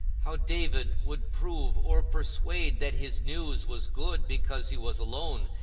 how david would prove or persuade that his news was good because he was alone,